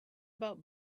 about